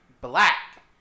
black